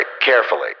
carefully